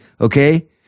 Okay